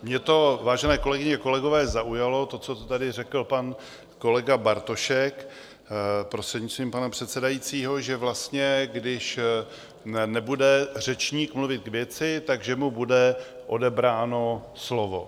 Mě to, vážené kolegyně, kolegové, zaujalo, to, co tady řekl pan kolega Bartošek, prostřednictvím pana předsedajícího, že vlastně když nebude řečník mluvit k věci, tak že mu bude odebráno slovo.